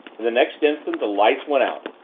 and the next instant the lights went out,